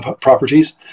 properties